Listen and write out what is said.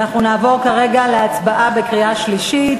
אנחנו נעבור כרגע להצבעה בקריאה שלישית.